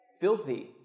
Filthy